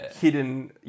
hidden